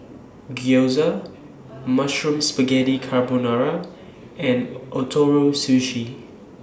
Gyoza Mushroom Spaghetti Carbonara and Ootoro Sushi